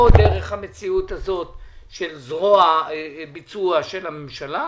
או דרך המציאות הזאת של זרוע ביצוע של הממשלה,